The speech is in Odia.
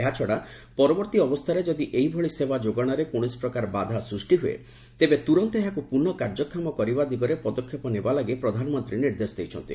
ଏହାଛଡ଼ା ପରବର୍ତ୍ତୀ ଅବସ୍ଥାରେ ଯଦି ଏହିଭଳି ସେବା ଯୋଗାଣରେ କୌଣସି ପ୍ରକାର ବାଧା ସ୍ଚଷ୍ଟି ହୁଏ ତେବେ ତୁରନ୍ତ ଏହାକୁ ପୁନଃ କାର୍ଯ୍ୟକ୍ଷମ କରିବା ଦିଗରେ ପଦକ୍ଷେପ ନେବାଲାଗି ପ୍ରଧାନମନ୍ତ୍ରୀ ନିର୍ଦ୍ଦେଶ ଦେଇଛନ୍ତି